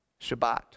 Shabbat